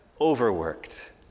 overworked